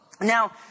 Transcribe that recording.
Now